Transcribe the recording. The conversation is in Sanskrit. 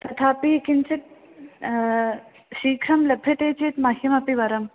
तथापि किञ्चित् शीघ्रं लभ्यते चेत् मह्यमपि वरम्